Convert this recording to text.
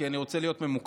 כי אני רוצה להיות ממוקד,